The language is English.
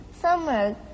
summer